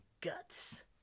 guts